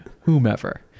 whomever